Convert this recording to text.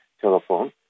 telephone